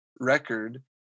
record